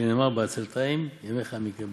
שנאמר 'בעצלתים ימך המקרה',